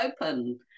open